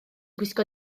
gwisgo